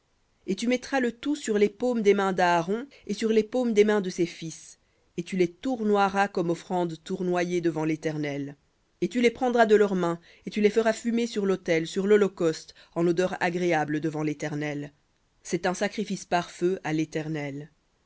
et tu mettras le tout sur les paumes des mains d'aaron et sur les paumes des mains de ses fils et tu les tournoieras comme offrande tournoyée devant léternel et tu les prendras de leurs mains et tu les feras fumer sur l'autel sur l'holocauste en odeur agréable devant l'éternel c'est un sacrifice par feu à l'éternel